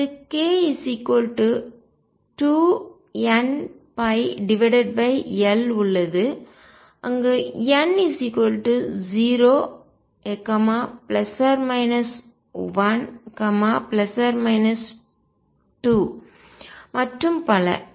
அல்லது k 2nπ L உள்ளது அங்கு n 0 ± 1 ± 2 மற்றும் பல